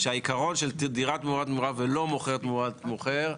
שהעיקרון של דירה תמורת דירה ולא מוכר תמורת מוכר,